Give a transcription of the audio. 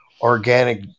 organic